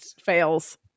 fails